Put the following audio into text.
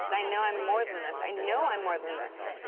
i know i'm more than this. i know i'm more than this.